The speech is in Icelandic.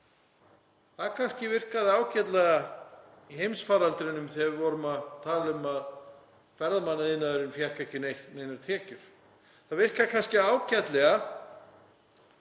Það virkaði kannski ágætlega í heimsfaraldrinum þegar við vorum að tala um að ferðamannaiðnaðurinn fékk ekki neinar tekjur. Það virkar kannski ágætlega